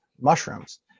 mushrooms